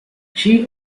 she